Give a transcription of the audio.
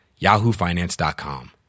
yahoofinance.com